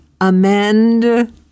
amend